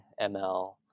ML